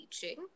teaching